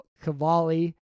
Cavalli